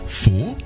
four